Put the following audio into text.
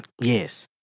yes